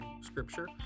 Scripture